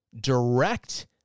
direct